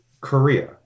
Korea